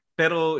pero